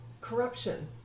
Corruption